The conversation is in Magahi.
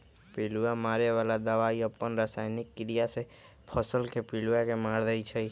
पिलुआ मारे बला दवाई अप्पन रसायनिक क्रिया से फसल के पिलुआ के मार देइ छइ